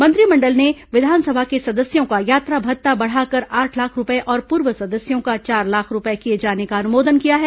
मंत्रिमंडल ने विधानसभा के सदस्यों का यात्रा भत्ता बढ़ाकर आठ लाख रूपये और पूर्व सदस्यों का चार लाख रूपये किए जाने का अनुमोदन किया है